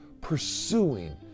pursuing